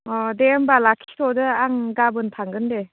अ दे होमब्ला लाखिथ'दो आं गाबोन थांगोन दे